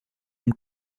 und